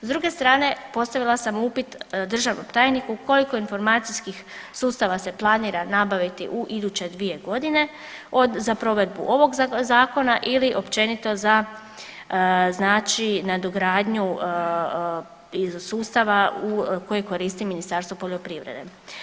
S druge strane postavila sam upit državnom tajniku koliko informacijskih sustava se planira nabaviti u iduće 2.g. za provedbu ovog zakona ili općenito za znači nadogradnju iz sustava koje koristi Ministarstvo poljoprivrede.